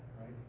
right